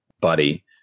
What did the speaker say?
buddy